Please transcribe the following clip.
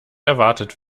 erwartet